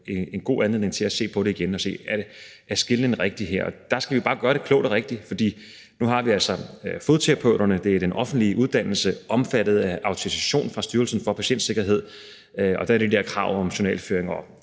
en god anledning til at se på det igen, altså om der skelnes rigtigt her. Der skal vi bare gøre det klogt og rigtigt. Fodterapeuterne, det er den offentlige uddannelse, er omfattet af autorisation fra Styrelsen for Patientsikkerhed, og der er det der krav om journalføring og